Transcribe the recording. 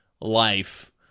life